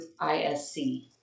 ISC